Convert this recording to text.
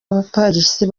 abapolisi